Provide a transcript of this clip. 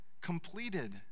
completed